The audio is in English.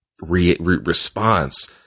response